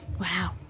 Wow